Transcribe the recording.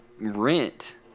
rent